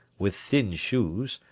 with thin shoes,